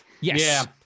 yes